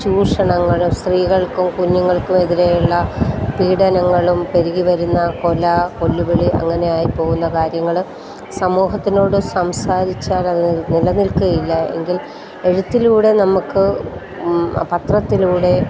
ചൂഷണങ്ങൾ സ്ത്രീകൾക്കും കുഞ്ഞുങ്ങൾക്കുമെതിരെയുള്ള പീഡനങ്ങളും പെരുകിവരുന്ന കൊല കൊല്ലുവിളി അങ്ങനെയായ് പോവുന്ന കാര്യങ്ങൾ സമൂഹത്തിനോട് സംസാരിച്ചാലത് നിലനിൽക്കുകയില്ല എങ്കിൽ എഴുത്തിലൂടെ നമ്മൾക്ക് പത്രത്തിലൂടെ